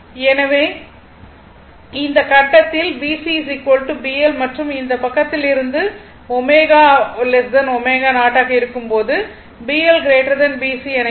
எனவே இந்த கட்டத்தில் BC BL மற்றும் இந்த பக்கத்திலிருந்து ω ω0 ஆக இருக்கும்போது BL BC என இருக்கும்